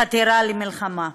חתירה למלחמה,